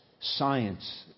science